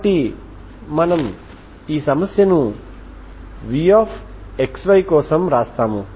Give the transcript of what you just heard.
కాబట్టి మనము ఈ సమస్యను vxy కోసం వ్రాస్తాము